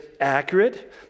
accurate